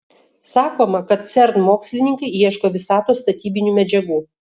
sakoma kad cern mokslininkai ieško visatos statybinių medžiagų